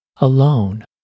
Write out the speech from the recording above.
alone